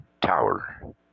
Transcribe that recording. tower